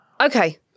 Okay